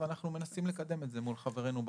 ואנחנו מנסים לקדם את זה מול חברינו באוצר.